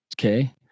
Okay